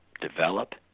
develop